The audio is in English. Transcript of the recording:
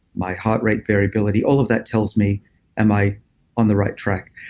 my heart rate variability, all of that tells me am i on the right track?